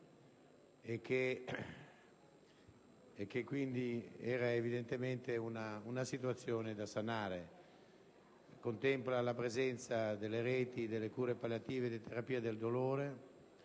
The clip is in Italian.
Grecia; era evidentemente una situazione da sanare. Contempla inoltre la presenza delle reti delle cure palliative e delle terapie del dolore,